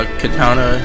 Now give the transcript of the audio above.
katana